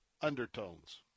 undertones